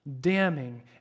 damning